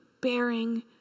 bearing